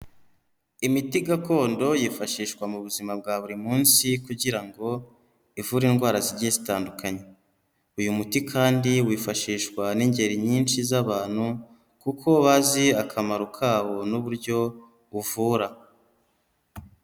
Imiti gakondo yifashishwa mu buzima bwa buri munsi kugira ngo ivure indwara zigiye zitandukanye, uyu muti kandi wifashishwa n'ingeri nyinshi z'abantu kuko bazi akamaro kawo n'uburyo buvura.